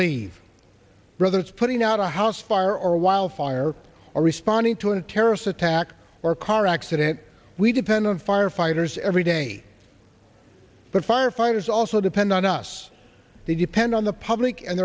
leave brothers putting out a house fire or wildfire or responding to a terrorist attack or car accident we depend on firefighters every day but firefighters also depend on us they depend on the public and